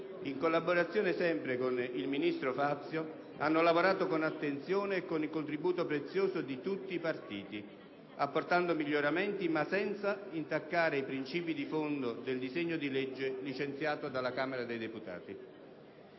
in collaborazione con il ministro Fazio, hanno lavorato con attenzione e con il contributo prezioso di tutti i partiti, apportando miglioramenti ma senza intaccare i principi di fondo del disegno di legge licenziato dalla Camera dei deputati.